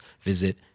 visit